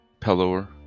Pelor